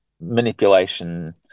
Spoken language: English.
manipulation